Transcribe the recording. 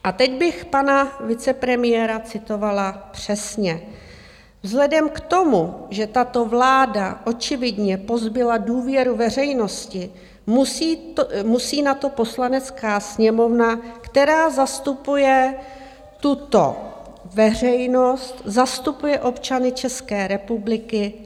A teď bych pana vicepremiéra citovala přesně: Vzhledem k tomu, že tato vláda očividně pozbyla důvěru veřejnosti, musí na to Poslanecká sněmovna, která zastupuje tuto veřejnost, zastupuje občany České republiky, reagovat.